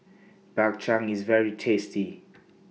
Bak Chang IS very tasty